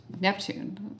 Neptune